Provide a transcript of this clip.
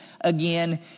again